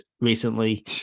recently